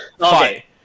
Okay